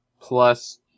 Plus